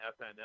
FNL